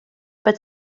but